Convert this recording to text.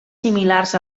similars